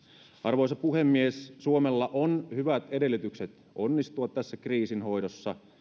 arvoisa puhemies suomella on hyvät edellytykset onnistua tässä kriisinhoidossa